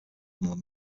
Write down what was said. album